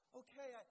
okay